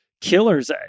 killer's